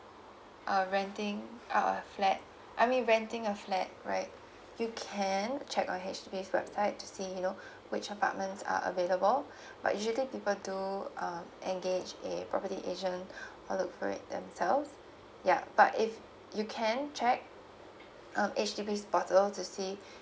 uh renting out a flat I mean renting a flat right you can check on H_D_B's website to see you know which apartments are available but usually people do um engage a property agent or look for it themselves yeah but if you can check uh H_D_B's portal to see